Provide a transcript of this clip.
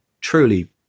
truly